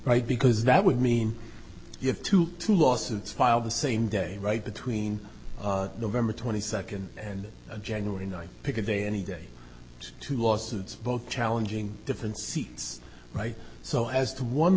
right because that would mean you have to two lawsuits filed the same day right between november twenty second and january ninth pick a day any day two lawsuits both challenging different seats right so as